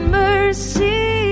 mercy